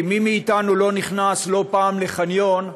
כי מי מאתנו לא נכנס לא פעם לחניון,